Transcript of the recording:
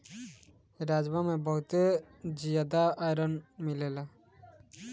राजमा में बहुते जियादा आयरन मिलेला